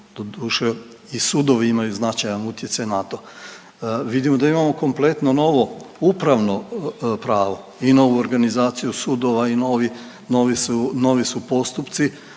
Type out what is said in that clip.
Doduše, i sudovi imaju značajan utjecaj na to. Vidimo da imamo kompletno novo upravno pravo i novu organizaciju sudova i novi, novi su postupci,